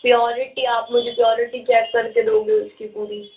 purity आप मुझे purity क्या करके दोगे उसकी पूरी